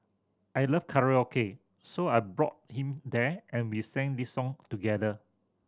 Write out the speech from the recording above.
I love karaoke so I brought him there and we sang this song together